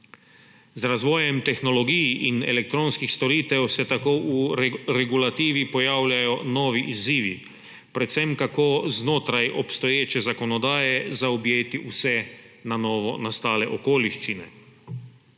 Z razvojem tehnologij in elektronskih storitev se tako v regulativi pojavljajo novi izzivi, predvsem kako znotraj obstoječe zakonodaje zaobjeti vse na novo nastale okoliščine.